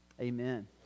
Amen